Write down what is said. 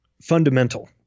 fundamental